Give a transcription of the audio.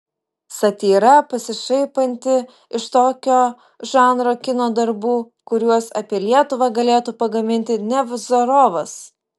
satyra pasišaipanti iš tokio žanro kino darbų kuriuos apie lietuvą galėtų pagaminti nevzorovas